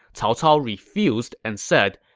he ah refused and said,